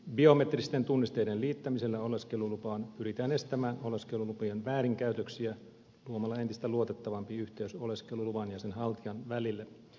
biometristen tunnisteiden liittämisellä oleskelulupaan pyritään estämään oleskelulupien väärinkäytöksiä luomalla entistä luotettavampi yhteys oleskeluluvan ja sen haltijan välille